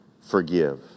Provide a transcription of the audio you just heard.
forgive